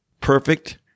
perfect